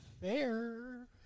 fair